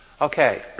Okay